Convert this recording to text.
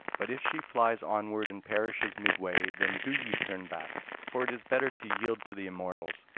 but if she flies onward and perishes midway, then do ye turn back for it is better to yield to the immortals.